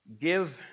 give